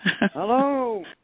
Hello